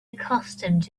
accustomed